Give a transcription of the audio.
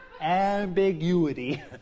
Ambiguity